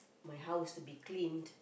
my house to be cleaned